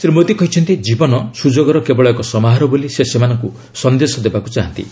ଶ୍ରୀ ମୋଦୀ କହିଛନ୍ତି ଜୀବନ ସୁଯୋଗର କେବଳ ଏକ ସମାହାର ବୋଲି ସେ ସେମାନଙ୍କୁ ସନ୍ଦେଶ ଦେବାକୁ ଚାହାନ୍ତି